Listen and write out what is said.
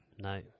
no